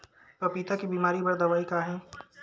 पपीता के बीमारी बर दवाई का हे?